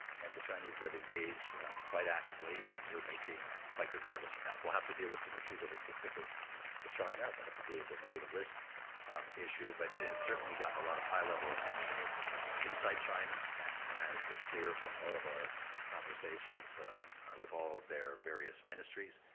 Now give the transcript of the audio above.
and the chinese have engaged quite actively, and we're making quite good progress on that. we'll have to deal with some issues that are specific to china. we'll have to deal with their negative list issue, but it it has certainly gotten a lot of high level attention inside china, and and that has been clear from all of our conversations with all their various ministries,